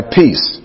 peace